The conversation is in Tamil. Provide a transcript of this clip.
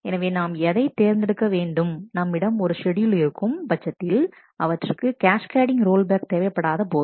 எனவே நாம் எதை தேர்ந்தெடுக்க வேண்டும் நம்மிடம் ஒரு ஷெட்யூல் இருக்கும் பட்சத்தில் அவற்றுக்கு கேஸ்கேடிங் ரோல்பேக் தேவைப்படாத போது